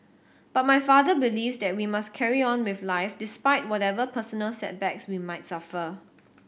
but my father believes that we must carry on with life despite whatever personal setbacks we might suffer